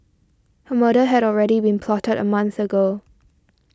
a murder had already been plotted a month ago